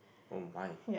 oh my